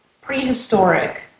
prehistoric